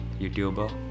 youtuber